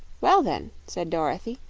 well then, said dorothy,